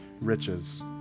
riches